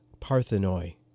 parthenoi